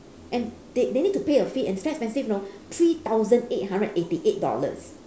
and they they need to pay a fee and it's very expensive you know three thousand eight hundred and eighty eight dollars